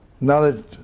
Knowledge